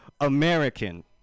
american